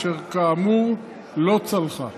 אשר כאמור לא צלחה.